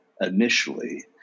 initially